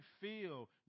feel